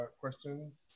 questions